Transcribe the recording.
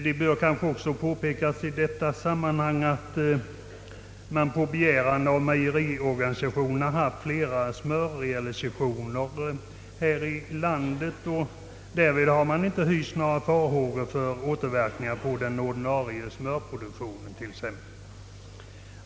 Det bör kanske också påpekas i detta sammanhang, att på begäran av mejeriorganisationerna flera smörrealisationer förekommit här i landet och att man därvid inte hyst några farhågor för t.ex. återverkningarna på den ordinarie smörproduktionen.